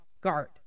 guard